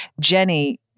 Jenny